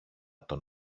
τον